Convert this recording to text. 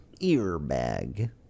Earbag